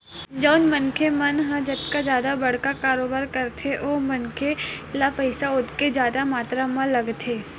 जउन मनखे मन ह जतका जादा बड़का कारोबार करथे ओ मनखे ल पइसा ओतके जादा मातरा म लगथे